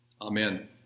Amen